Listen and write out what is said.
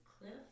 Cliff